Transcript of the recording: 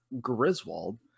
Griswold